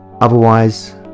Otherwise